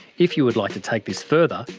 if you would like to take this further,